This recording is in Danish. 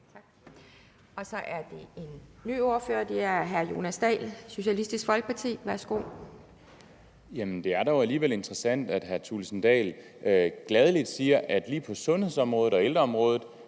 for en kort bemærkning, og det er hr. Jonas Dahl, Socialistisk Folkeparti. Værsgo. Kl. 11:14 Jonas Dahl (SF): Jamen det er dog alligevel interessant, at hr. Thulesen Dahl gladelig siger, at lige på sundhedsområdet og ældreområdet